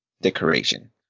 decoration